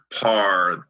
par